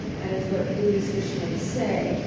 and it's what buddhist fishermen say,